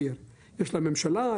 יש לה ממשלה,